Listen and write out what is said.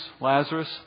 Lazarus